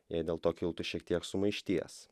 jei dėl to kiltų šiek tiek sumaišties